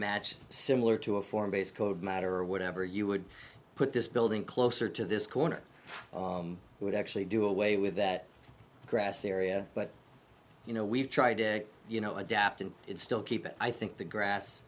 match similar to a form based code matter or whatever you would put this building closer to this corner would actually do away with that grassy area but you know we've tried to you know adapt and still keep it i think the grass